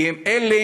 כי הם אלה,